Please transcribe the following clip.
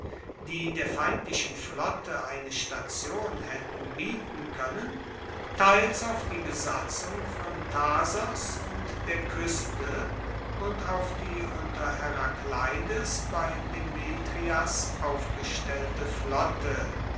die der feindlichen flotte eine station haetten bieten koennen teils auf die besatzung von thasos und der kueste und auf die unter herakleides bei demetrias aufgestellte flotte